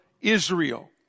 Israel